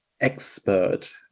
expert